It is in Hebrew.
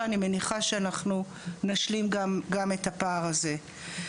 אני מניחה שנשלים גם את הפער הזה.